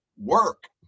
work